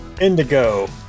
Indigo